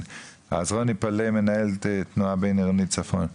מנהל תנועה בינעירוני צפון,